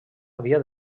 havia